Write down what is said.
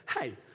hey